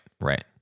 right